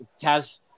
Taz